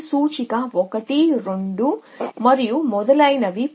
ఇది సూచిక 1 2 మరియు మొదలైనవి